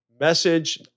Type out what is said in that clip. message